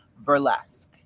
burlesque